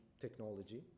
technology